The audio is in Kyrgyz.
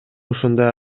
ушундай